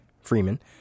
Freeman